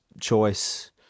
choice